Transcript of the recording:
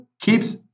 keeps